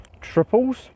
triples